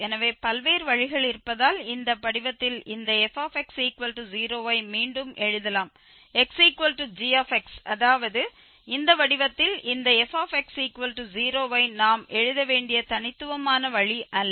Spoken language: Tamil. எனவே பல்வேறு வழிகள் இருப்பதால் இந்த படிவத்தில் இந்த fx0 ஐ மீண்டும் எழுதலாம் xg அதாவது இந்த வடிவத்தில் இந்த fx0 ஐ நாம் எழுத வேண்டிய தனித்துவமான வழி அல்ல